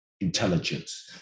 intelligence